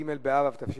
ג' באב התש"ע,